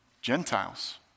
Gentiles